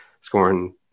scoring